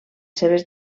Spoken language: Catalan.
seves